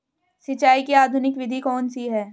सिंचाई की आधुनिक विधि कौन सी है?